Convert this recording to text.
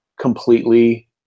completely